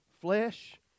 flesh